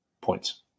points